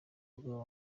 umugabo